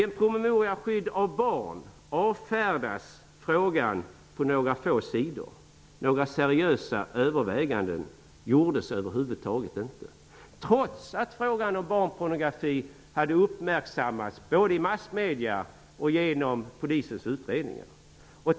I promemorian Skydd av barn avfärdas frågan på några få sidor. Några seriösa överväganden gjordes över huvud taget inte, trots att frågan om barnpornografi hade uppmärksammats både i massmedia och genom polisens utredningar.